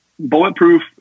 Bulletproof